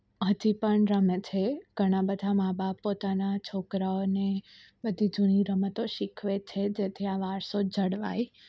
હજી પણ રમે છે ઘણાં બધા મા બાપ પોતાનાં છોકરાઓને બધી જૂની રમતો શીખવે છે જેથી આ વારસો જળવાય